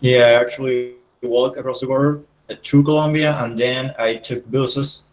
yeah, actually walk across the border ah to colombia, and then i took busses